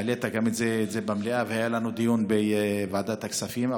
העלית את זה במליאה, והיה לנו דיון בוועדת הכספים.